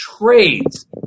trades